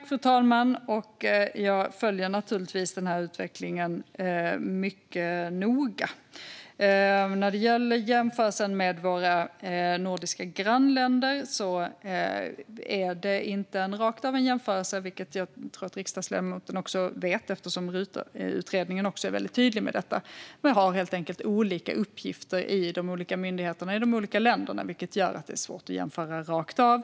Fru talman! Jag följer naturligtvis denna utveckling mycket noga. När det gäller jämförelsen med våra nordiska grannländer är det inte en jämförelse rakt över, vilket jag tror att riksdagsledamoten också vet eftersom RUT-utredningen är väldigt tydlig med detta. Man har helt enkelt olika uppgifter vid de olika myndigheterna i de olika länderna, vilket gör att det är svårt att jämföra rakt av.